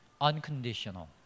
Unconditional